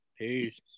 peace